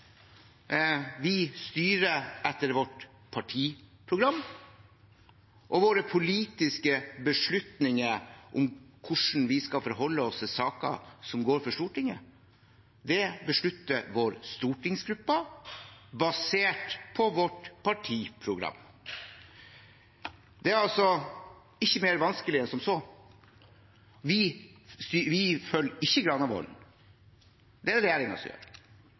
Vi styrer etter vårt partiprogram, og våre politiske beslutninger om hvordan vi skal forholde oss til saker som går for Stortinget, tar vår stortingsgruppe, basert på vårt partiprogram. Det er altså ikke vanskeligere enn som så. Vi følger ikke Granavolden-plattformen, det er det regjeringen som